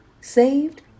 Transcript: saved